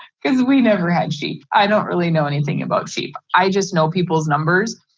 because we never had sheep. i don't really know anything about sheep. i just know people's numbers,